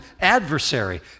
adversary